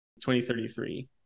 2033